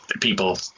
people